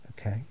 Okay